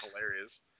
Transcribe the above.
hilarious